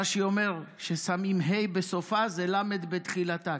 רש"י אומר: כששמים ה"א בסופה, זה למ"ד בתחילתה.